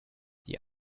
die